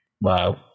Wow